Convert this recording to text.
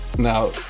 Now